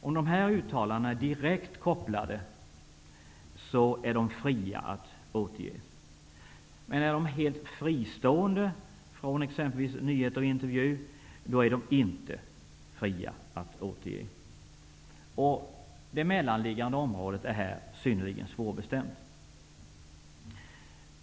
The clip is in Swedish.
Om dessa uttalanden är direkt kopplade är det fritt att återge dessa. Om de är helt fristående från exempelvis nyheter eller intervjuer, då är det inte fritt att återge dem. Det mellanliggande området är synnerligen svårbestämt.